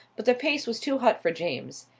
but the pace was too hot for james.